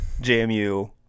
JMU